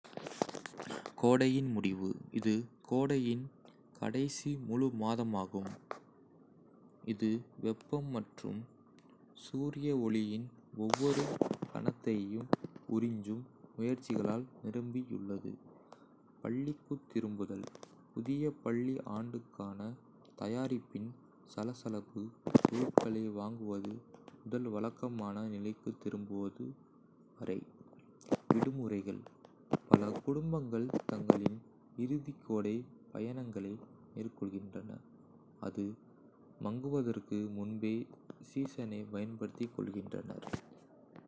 கோடையின் முடிவு - இது கோடையின் கடைசி முழு மாதமாகும், இது வெப்பம் மற்றும் சூரிய ஒளியின் ஒவ்வொரு கணத்தையும் உறிஞ்சும் முயற்சிகளால் நிரம்பியுள்ளது. பள்ளிக்குத் திரும்புதல் - புதிய பள்ளி ஆண்டுக்கான தயாரிப்பின் சலசலப்பு, பொருட்களை வாங்குவது முதல் வழக்கமான நிலைக்குத் திரும்புவது வரை. விடுமுறைகள் - பல குடும்பங்கள் தங்களின் இறுதி கோடைப் பயணங்களை மேற்கொள்கின்றன, அது மங்குவதற்கு முன்பே சீசனைப் பயன்படுத்திக் கொள்கின்றன.